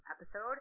episode